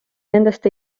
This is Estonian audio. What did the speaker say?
nendest